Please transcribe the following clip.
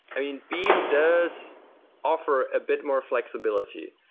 i mean beam does offer a bit more flexibility.